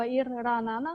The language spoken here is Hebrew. בעיר רעננה.